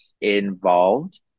involved